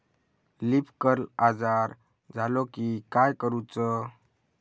Leaf curl आजार झालो की काय करूच?